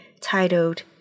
titled